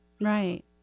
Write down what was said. Right